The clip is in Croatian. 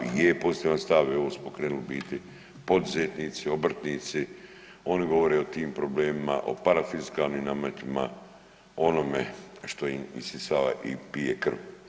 I je pozitivan stav, evo smo krenuli u biti poduzetnici, obrtnici oni govore o tim problemima o parafiskalnim nametima, onome što im isisava i pije krv.